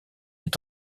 est